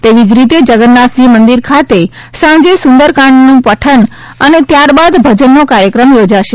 એવી જ રીતે જગન્નાથજી મંદિર ખાતે સાંજે સુંદર કાંડનું પઠન અને ત્યારબાદ ભજનનો કાર્યક્રમ યોજાશે